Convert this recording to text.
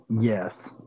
Yes